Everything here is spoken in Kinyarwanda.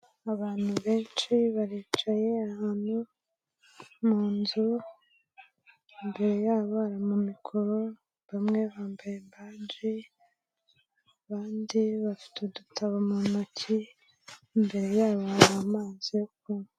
Abantu benshi baricaye ahantu mu nzu, imbere yabo hari ama mikoro, bamwe bambaye badge, abandi bafite udutabo mu ntoki, imbere yabo hari amazi yo kunywa.